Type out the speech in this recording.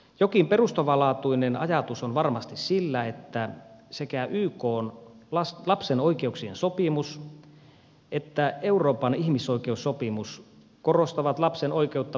jokin perustavanlaatuinen ajatus on varmasti sillä että sekä ykn lapsen oikeuksien sopimus että euroopan ihmisoikeussopimus korostavat lapsen oikeutta biologisiin vanhempiin